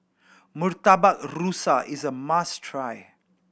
Murtabak Rusa is a must try